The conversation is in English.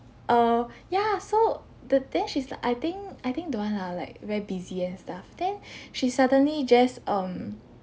err ya so the then she's like I think I think don't want lah like very busy and stuff then she suddenly just um